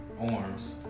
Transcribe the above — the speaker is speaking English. Orms